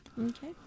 Okay